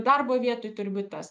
darbo vietoj turi būt tas